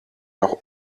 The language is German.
noch